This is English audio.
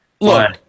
Look